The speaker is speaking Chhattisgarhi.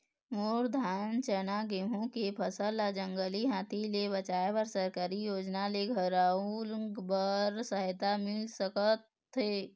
मोर धान चना गेहूं के फसल ला जंगली हाथी ले बचाए बर सरकारी योजना ले घेराओ बर सहायता मिल सका थे?